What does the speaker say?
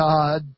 God